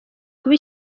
kuba